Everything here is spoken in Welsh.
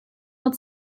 fel